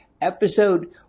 episode